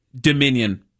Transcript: Dominion